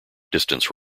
distance